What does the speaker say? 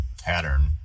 pattern